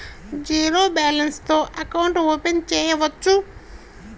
Zero balance తో account open చేయవచ్చు?